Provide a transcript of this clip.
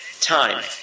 time